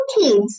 kids